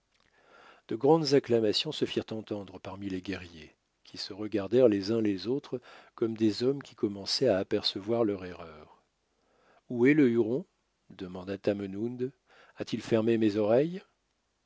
de grandes acclamations se tirent entendre parmi les guerriers qui se regardèrent les uns les autres comme des hommes qui commençaient à apercevoir leur erreur où est le huron demanda tamenund a-t-il fermé mes oreilles